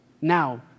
now